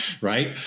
right